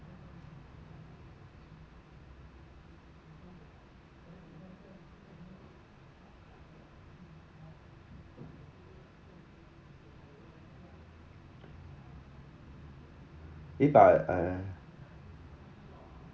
eh but uh